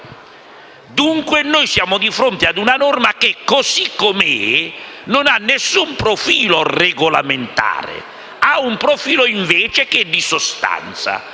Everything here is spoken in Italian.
Dunque, noi siamo di fronte a una norma che, così come è, non ha alcun profilo regolamentare; ha un profilo, invece, di sostanza: